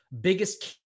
biggest